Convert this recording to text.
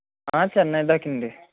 చెన్నై దాకా అండి